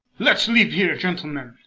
let us leave here, gentlemen.